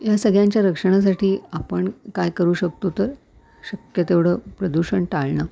या सगळ्यांच्या रक्षणासाठी आपण काय करू शकतो तर शक्य तेवढं प्रदूषण टाळणं